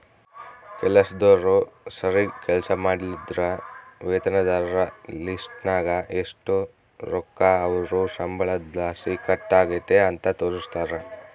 ಕೆಲಸ್ದೋರು ಸರೀಗ್ ಕೆಲ್ಸ ಮಾಡ್ಲಿಲ್ಲುದ್ರ ವೇತನದಾರರ ಲಿಸ್ಟ್ನಾಗ ಎಷು ರೊಕ್ಕ ಅವ್ರ್ ಸಂಬಳುದ್ಲಾಸಿ ಕಟ್ ಆಗೆತೆ ಅಂತ ತೋರಿಸ್ತಾರ